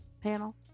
panel